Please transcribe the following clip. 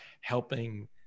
helping